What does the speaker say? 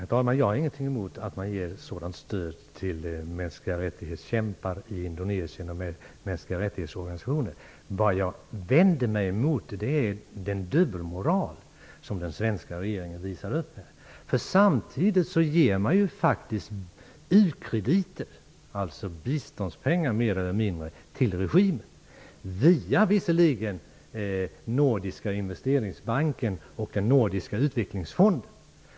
Herr talman! Jag har ingenting emot att man ger ett sådant stöd till de som kämpar för mänskliga rättigheter i Indonesien och organisationer för mänskliga rättigheter. Vad jag vänder mig emot är den dubbelmoral som den svenska regeringen här visar upp. Samtidigt som man gör detta ger man u-krediter -- dvs. biståndspengar, mer eller mindre -- till regimen. Detta sker visserligen via Nordiska investeringsbanken och den nordiska utvecklingsfonden.